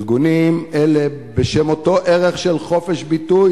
ארגונים אלה, בשם אותו ערך של חופש ביטוי